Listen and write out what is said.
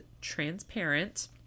transparent